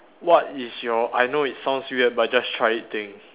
what is your I know it sounds weird but just try it thing